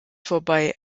vorbei